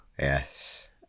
Yes